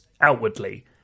outwardly